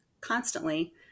constantly